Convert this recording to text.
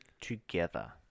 together